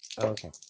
Okay